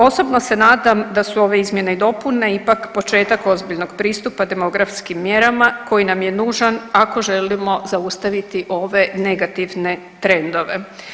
Osobno se nadam da su ove izmjene i dopune ipak početak ozbiljnog pristupa demografskim mjerama koji nam je nužan ako želimo zaustaviti ove negativne trendove.